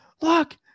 look